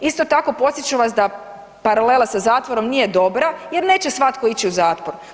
Isto tako, podsjetit ću vas da paralela sa zatvorom nije dobra jer neće svatko ići u zatvor.